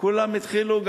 כולם התחילו,